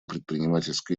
предпринимательской